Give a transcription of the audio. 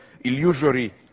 illusory